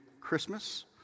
Christmas